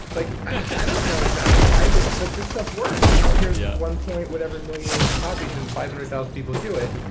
like i don't know exactly why but, but this stuff works and you know here's yeah one point, whatever million copies and five hundred thousand people do it,